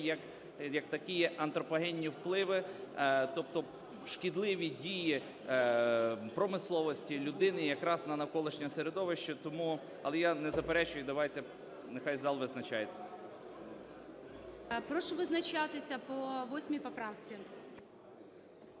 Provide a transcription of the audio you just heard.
як такі антропогенні впливи, тобто шкідливі дії промисловості, людини якраз на навколишнє середовище. Але я не заперечую, давайте, нехай зал визначається. ГОЛОВУЮЧИЙ. Прошу визначатися по 8 поправці.